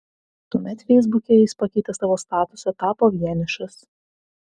tuomet feisbuke jis pakeitė savo statusą tapo vienišas